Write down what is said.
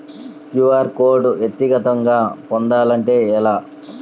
QR code వ్యక్తిగతంగా పొందాలంటే ఎలా?